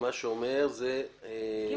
מתחבר ל-(ג)